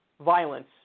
violence